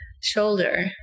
shoulder